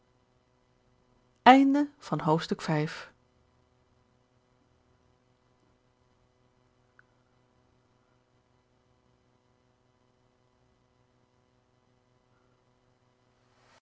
nieuw van het